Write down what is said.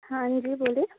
ہاں جی بولیے